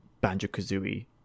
Banjo-Kazooie